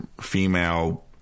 female